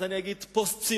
אז אני אגיד פוסט-ציונית.